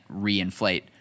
reinflate